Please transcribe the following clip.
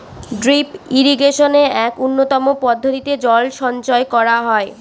drip ইরিগেশনে এক উন্নতম পদ্ধতিতে জল সঞ্চয় করা হয়